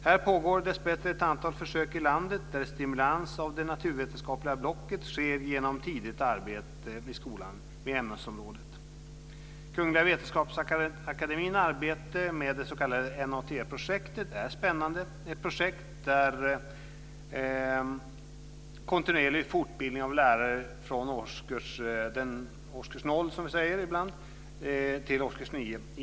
Här pågår dessbättre ett antal försök i landet där stimulans av det naturvetenskapliga blocket sker genom tidigt arbete vid skolan i ämnesområdet. Kungliga Vetenskapsakademiens arbete med det s.k. NAT-projektet är spännande. Det är ett projekt med kontinuerlig fortbildning från lärare i årskurs noll, som vi ibland säger, till årskurs nio.